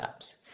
apps